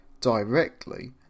directly